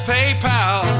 paypal